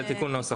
זה תיקון נוסח.